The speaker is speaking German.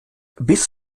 bis